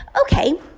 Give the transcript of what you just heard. okay